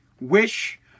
wish